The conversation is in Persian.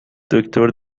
دکتری